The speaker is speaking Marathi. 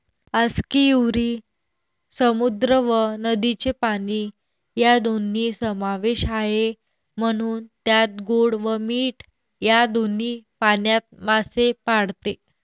आस्कियुरी समुद्र व नदीचे पाणी या दोन्ही समावेश आहे, म्हणून त्यात गोड व मीठ या दोन्ही पाण्यात मासे पाळते